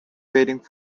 waiting